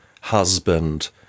husband